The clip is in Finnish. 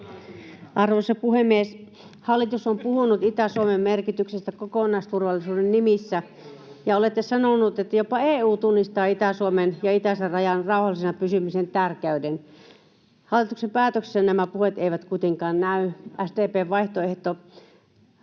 Arvoisa puhemies! Hallitus on puhunut Itä-Suomen merkityksestä kokonaisturvallisuuden nimissä, ja olette sanoneet, että jopa EU tunnistaa Itä-Suomen ja itäisen rajan rauhallisena pysymisen tärkeyden. Hallituksen päätöksessä nämä puheet eivät kuitenkaan näy. SDP:n vaihtoehto